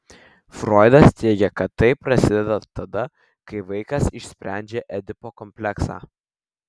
froidas teigė kad tai prasideda tada kai vaikas išsprendžia edipo kompleksą